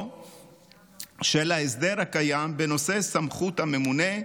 של ההסדר הקיים בנושא סמכות הממונה.